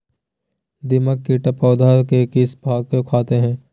दीमक किट पौधे के किस भाग को खाते हैं?